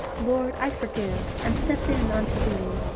lord, i forgive and step in unto thee.